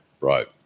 right